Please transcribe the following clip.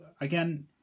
again